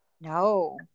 no